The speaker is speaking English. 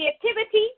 creativity